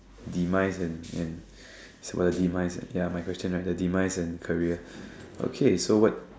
demise and and it's for the demise ya my question right the demise and career okay so what